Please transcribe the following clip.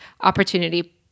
opportunity